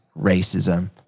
racism